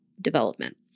development